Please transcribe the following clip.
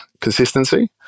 consistency